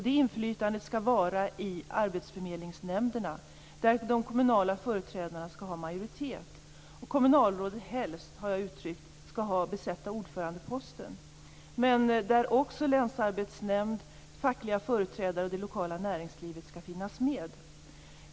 Det inflytandet skall utövas i arbetsförmedlingsnämnderna där de kommunala företrädarna skall ha majoritet. Jag har uttryckt att kommunalrådet helst skall besätta ordförandeposten. Även länsarbetsnämnd, fackliga företrädare och det lokala näringslivet skall finnas med här.